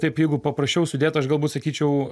taip jeigu paprašiau sudėt aš galbūt sakyčiau